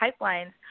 pipelines